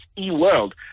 e-world